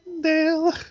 Dale